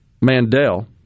Mandel